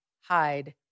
hide